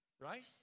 Right